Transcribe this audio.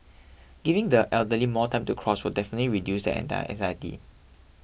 giving the elderly more time to cross will definitely reduce anti anxiety